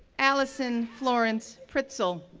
allison florence pritzl,